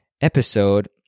episode